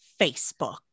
Facebook